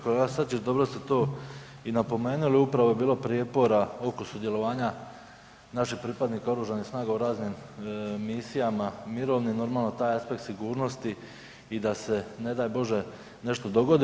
Kolega Sučić dobro ste to i napomenuli, upravo je bilo prijepora oko sudjelovanja naših pripadnika oružanih snaga u raznim misijama mirovnim taj aspekt sigurnosti i da se ne da Bože nešto dogodi.